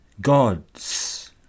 gods